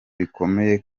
bikomeye